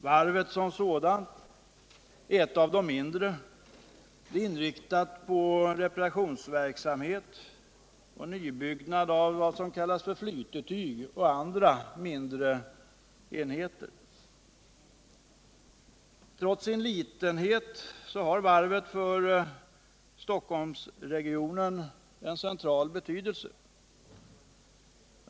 Varvet som sådant är ett av de mindre. Det är inriktat på reparationsverksamhet och nybyggnad av s.k. flytetyg och andra mindre enheter. Trots sin litenhet har varvet för Stockholmsregionen en central betydelse.